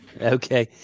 Okay